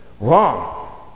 Wrong